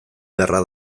beharra